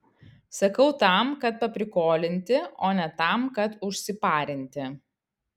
sakau tam kad paprikolinti o ne tam kad užsiparinti